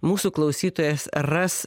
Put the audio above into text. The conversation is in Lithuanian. mūsų klausytojas ras